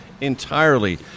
entirely